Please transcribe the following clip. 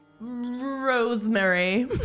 Rosemary